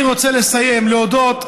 אני רוצה לסיים ולהודות,